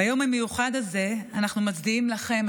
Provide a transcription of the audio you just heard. ביום המיוחד הזה אנחנו מצדיעים לכם,